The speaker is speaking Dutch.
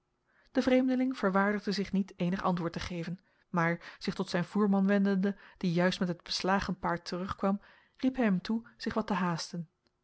de vreemdeling verwaardigde zich niet eenig antwoord te geven maar zich tot zijn voerman wendende die juist met het beslagen paard terugkwam riep hij hem toe zich wat te haasten